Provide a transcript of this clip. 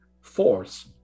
force